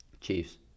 Chiefs